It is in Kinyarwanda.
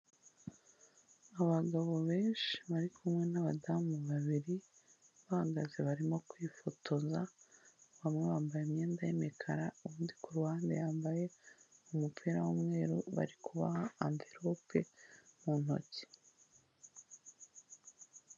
Abagabo benshi bari kumwe n'abadamu babiri bahagaze barimo kwifotoza, bamwe bamwambaye imyenda y'umukara, uwundi ku ruhande yambaye umupira w'umweru barikuha anvirope mu ntoki.